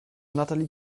natalie